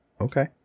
Okay